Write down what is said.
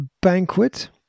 banquet